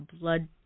blood